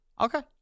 Okay